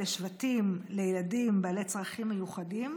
אלה שבטים לילדים בעלי צרכים מיוחדים,